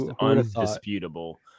undisputable